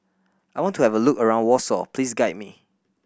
I want to have a look around Warsaw Please guide me